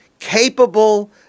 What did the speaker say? capable